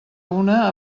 una